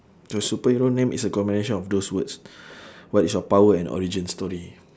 your superhero name is a combination of those words what is your power and origin story